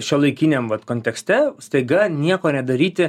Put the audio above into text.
šiuolaikiniam vat kontekste staiga nieko nedaryti